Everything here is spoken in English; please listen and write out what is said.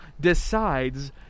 decides